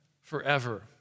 forever